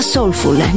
Soulful